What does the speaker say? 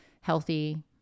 healthy